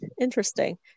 interesting